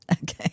Okay